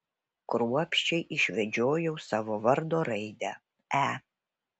kruopščiai išvedžiojau savo vardo raidę e